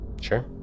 Sure